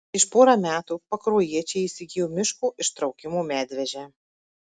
prieš pora metų pakruojiečiai įsigijo miško ištraukimo medvežę